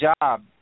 job